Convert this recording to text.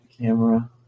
Camera